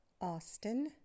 Austin